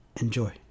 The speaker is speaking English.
Enjoy